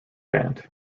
band